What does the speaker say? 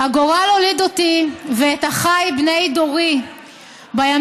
"הגורל הוליד אותי ואת אחיי בני דורי בימים